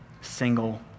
single